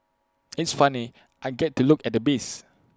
it's funny I get to look at the bees